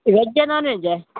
veg uh non veg a